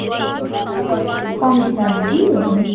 ए त्यो चाहिँ मलाई अलिकति कम्ती लाग्यो कि